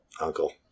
uncle